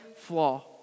flaw